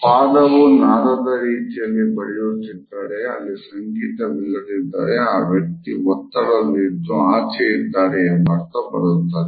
ಪಾದವು ನಾದದ ರೀತಿಯಲ್ಲಿ ಬಡಿಯುತ್ತಿದ್ದರೆ ಅಲ್ಲಿ ಸಂಗೀತವಿಲ್ಲದಿದ್ದರೆ ಆ ವ್ಯಕ್ತಿ ಒತ್ತಡದಲ್ಲಿದ್ದು ಆಚೆ ಇದ್ದಾರೆ ಎಂಬರ್ಥ ಬರುತ್ತದೆ